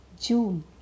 june